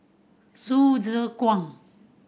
Kwang